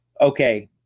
okay